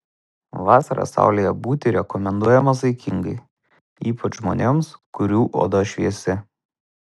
vasarą saulėje būti rekomenduojama saikingai ypač žmonėms kurių oda šviesi